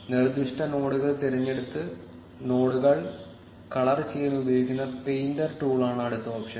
നിർദ്ദിഷ്ട നോഡുകൾ തിരഞ്ഞെടുത്ത് നോഡുകൾ കളർ ചെയ്യാൻ ഉപയോഗിക്കുന്ന പെയിന്റർ ടൂളാണ് അടുത്ത ഓപ്ഷൻ